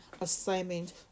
assignment